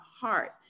heart